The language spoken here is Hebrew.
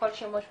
כל שימוש בסמים,